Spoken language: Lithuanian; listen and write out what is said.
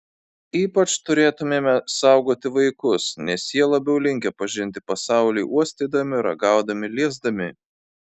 ypač turėtumėme saugoti vaikus nes jie labiau linkę pažinti pasaulį uostydami ragaudami liesdami